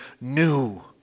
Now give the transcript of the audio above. new